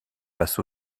passe